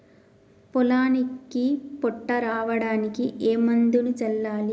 పొలానికి పొట్ట రావడానికి ఏ మందును చల్లాలి?